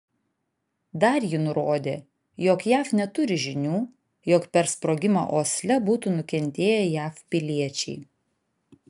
dar ji nurodė jog jav neturi žinių jog per sprogimą osle būtų nukentėję jav piliečiai